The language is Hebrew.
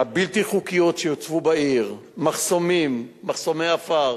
הבלתי-חוקיות שהוצבו בעיר, מחסומים, מחסומי עפר,